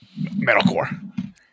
metalcore